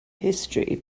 history